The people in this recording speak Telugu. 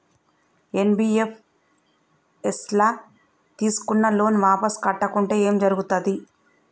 ఎన్.బి.ఎఫ్.ఎస్ ల తీస్కున్న లోన్ వాపస్ కట్టకుంటే ఏం జర్గుతది?